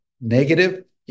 negative